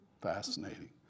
Fascinating